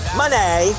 money